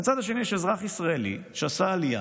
מהצד השני יש אזרח ישראלי שעשה עלייה.